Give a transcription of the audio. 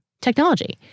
technology